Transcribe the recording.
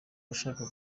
bashaka